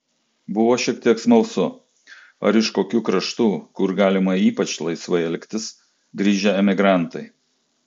buvo šiek tiek smalsu ar iš kokių kraštų kur galima ypač laisvai elgtis grįžę emigrantai